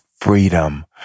freedom